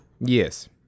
Yes